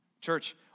Church